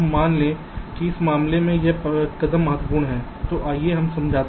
अब मान लें कि इस मामले में यह कदम महत्वपूर्ण है तो आइए समझते हैं